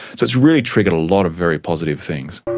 it has really triggered a lot of very positive things.